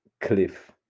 cliff